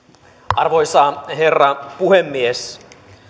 arvoisa herra puhemies